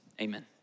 amen